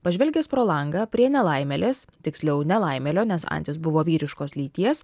pažvelgęs pro langą prie nelaimėlės tiksliau nelaimėlio nes antis buvo vyriškos lyties